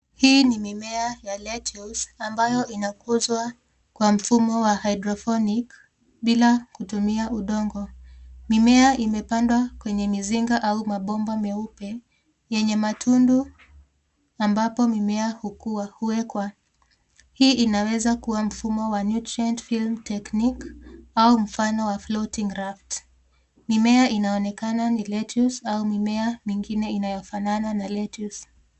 Hii ni mimea ya lettuce ambayo inakuzwa kwa mfumo wa hydroponic bila kutumia udongo. Mimea imepandwa kwenye mizinga au mabomba meupe yenye matundu ambapo mimea hukua- huwekwa. Hii inaweza kuwa mfumo wa Nutrient Film Technique au mfano wa floating raft . Mimea inaonekana ni lettuce au mimea mingine inayofanana na lettuce .